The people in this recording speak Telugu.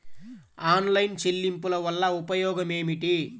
ఆన్లైన్ చెల్లింపుల వల్ల ఉపయోగమేమిటీ?